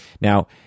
Now